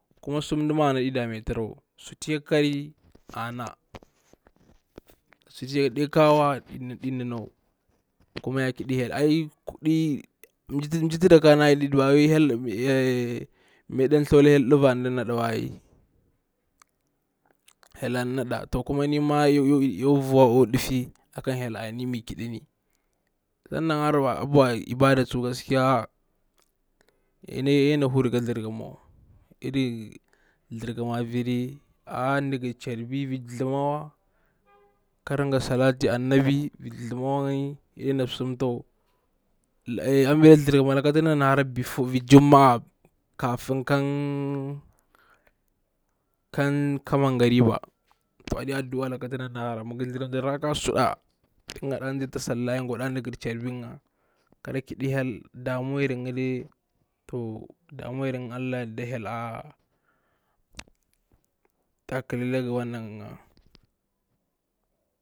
Ko sur nda aɗi dame turawa suti ya kukari aɗi nura wa mji ta da ƙarari bawai hyel a'a maya na tadinana hyel thaku, ɗuvawa, hyel an na koma, yakwa vu akwa ɗiti abar hyel sun ni abwa ibada tsuwa gaskiya ya ɗina huri ka thraƙama wa, irin thraƙama viri, a'a ndakar charbi vir kara nga salatin annabi, irin thamawa ngani ya ɗina suntawa, ambila thraƙama laka tu nda na hara before vir juma'a kafin kan kan ka mangariba aɗi adu'a laka ti nda na hara, raka'a asuɗa nzita sallaya nga kwa ɗa ɗukar charbi nga kara kiɗi hyel damuwa nga, to damuwa yar nga hyel ta kure la ga.